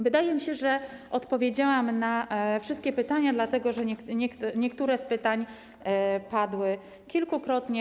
Wydaje mi się, że odpowiedziałam na wszystkie pytania, dlatego że niektóre z pytań padły kilkukrotnie.